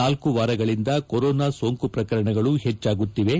ನಾಲ್ಕು ವಾರಗಳಿಂದ ಕೊರೋನಾ ಸೋಂಕು ಪ್ರಕರಣಗಳು ಹೆಚ್ಚಾಗುತ್ತಿವೆ